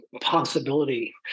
possibility